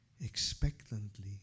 expectantly